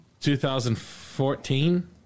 2014